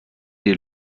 dir